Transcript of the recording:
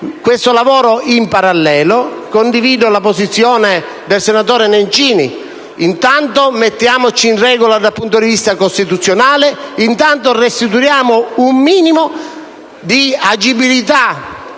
questo lavoro in parallelo, e condivido la posizione del senatore Nencini: intanto mettiamoci in regola dal punto di vista costituzionale e restituiamo un minimo di agibilità